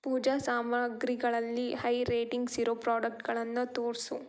ಪೂಜೆ ಸಾಮಗ್ರಿಗಳಲ್ಲಿ high ratings ಇರೋ ಪ್ರಾಡಕ್ಟ್ಗಳನ್ನು ತೋರಿಸು